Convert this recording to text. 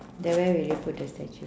then where would you put the statue